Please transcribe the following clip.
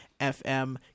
FM